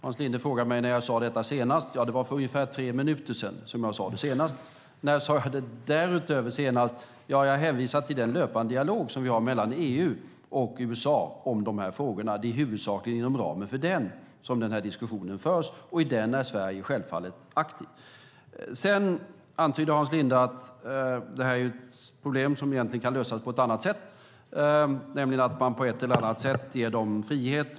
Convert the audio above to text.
Hans Linde frågade mig när jag sade det senast. Det var för ungefär tre minuter sedan som jag sade det senast. Förutom det hänvisar jag till den löpande dialog som vi har mellan EU och USA i dessa frågor. Det är huvudsakligen inom ramen för den som diskussionen förs, och i den är Sverige självfallet aktivt. Hans Linde antydde att det här är ett problem som egentligen kan lösas på annat sätt, nämligen att man på ett eller annat sätt ger fångarna frihet.